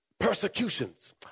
Persecutions